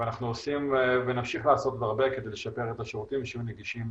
אנחנו עושים ונמשיך לעשות והרבה כדי לשפר את השירותים שיהיו נגישים